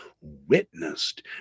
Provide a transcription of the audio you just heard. witnessed